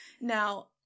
Now